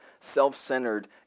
self-centered